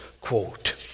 quote